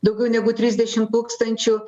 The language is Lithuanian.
daugiau negu trisdešim tūkstančių